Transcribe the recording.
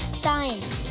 science